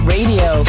Radio